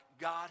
God